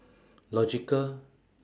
logical